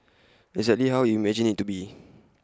exactly how you imagine IT to be